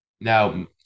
Now